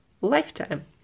lifetime